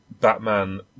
Batman